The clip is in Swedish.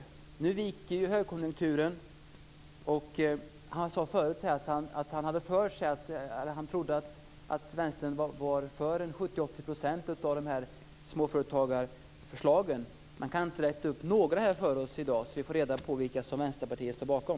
Nu viker högkonjunkturen. Lennart Beijer sade förut att han trodde att Vänstern var för 70-80 % av småföretagarförslagen. Kan han inte räkna upp några av dem här i dag, så att vi får reda på vilka förslag som Vänsterpartiet står bakom?